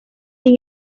sin